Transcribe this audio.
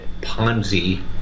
Ponzi